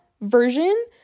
version